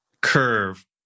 curve